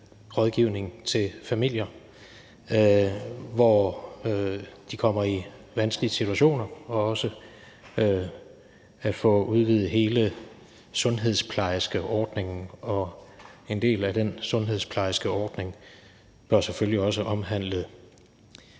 rådgivning til familier, som kommer i vanskelige situationer, og til også at få udvidet hele sundhedsplejerskerordningen, og en del af den sundhedsplejerskeordning bør selvfølgelig også omhandle